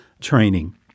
training